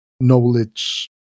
knowledge